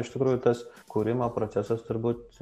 iš tikrųjų tas kūrimo procesas turbūt